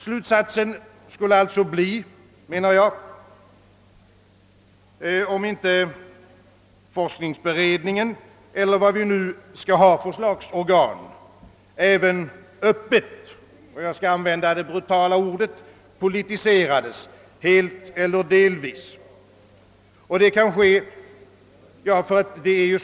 Slutsatsen skulle alltså bli, menar jag, att forskningsberedningen, eller vilket slags organ vi nu skall ha, även öppet helt eller delvis politiserades — för att använda ett brutalt ord.